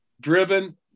driven